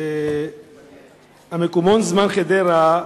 המקומון "זמן חדרה"